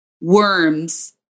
worms